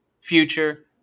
Future